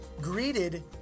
greeted